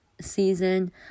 season